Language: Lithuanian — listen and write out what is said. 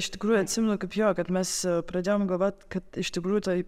iš tikrųjų atsimenu kaip jo kad mes pradėjom galvot kad iš tikrųjų toj